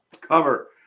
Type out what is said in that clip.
cover